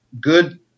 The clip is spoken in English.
good